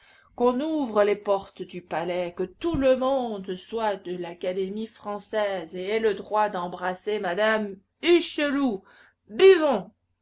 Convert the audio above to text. qu'on ouvre les portes du palais que tout le monde soit de l'académie française et ait le droit d'embrasser madame hucheloup buvons